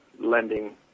lending